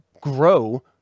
grow